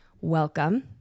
Welcome